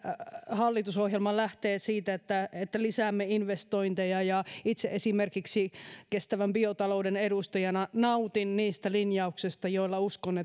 hallitusohjelmamme lähtee nimenomaan siitä että että lisäämme investointeja ja itse esimerkiksi kestävän biotalouden edustajana nautin niistä linjauksista joilla uskon